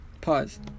pause